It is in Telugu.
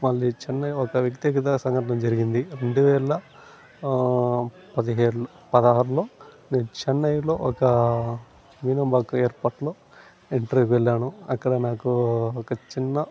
మళ్ళీ చెన్నై ఒక వ్యక్తిగత సంఘటన జరిగింది రెండువేల పదిహేడులో పదారులో నేను చెన్నైలో ఒక వేనుంబాగు ఒక ఇంటర్వ్యూకి వెళ్ళాను అక్కడ నాకు ఒక చిన్న